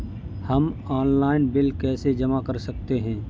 हम online bill कैसे जमा कर सकते हैं?